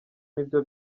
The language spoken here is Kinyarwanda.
nibyo